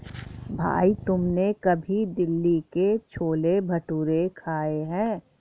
भाई तुमने कभी दिल्ली के छोले भटूरे खाए हैं?